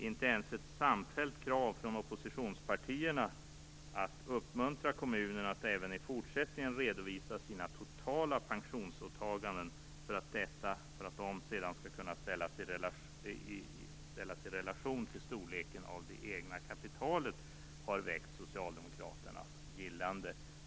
Inte ens ett samfällt krav från oppositionspartierna om att uppmuntra kommunerna att även i fortsättningen redovisa sina totala pensionsåtaganden för att dessa sedan skall kunna sättas i relation till det egna kapitalets storlek har väckt socialdemokraternas gillande.